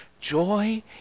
Joy